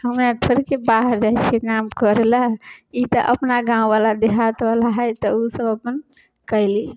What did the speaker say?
हमे आर थोड़ेके बाहर जाइ छिए काम करैलए ई तऽ अपना गाँववला देहातवला हइ तऽ ओसब अपन कएली